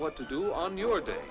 what to do on your day